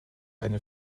eine